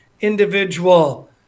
individual